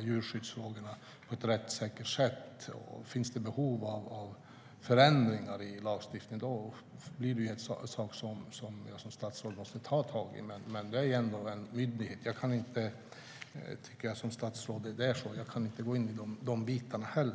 djurskyddsfrågorna på ett rättssäkert sätt. Om det finns behov av förändringar i lagstiftningen blir det en sådan sak som jag som statsråd måste ta tag i. Men här handlar det om en myndighet, och jag kan inte som statsråd gå in i dessa bitar.